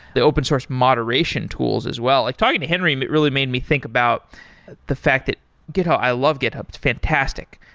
the open source moderation tools as well. like talking to henry really made me think about the fact that github, i love github. it's fantastic,